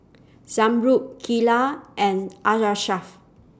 Zamrud Geelah and Arashaff